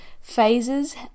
phases